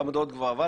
שזה דבר נורא ואיום.